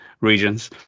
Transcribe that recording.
regions